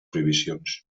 prohibicions